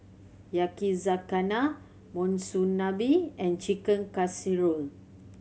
Yakizakana Monsunabe and Chicken Casserole